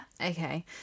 Okay